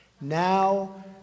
Now